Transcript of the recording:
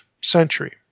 century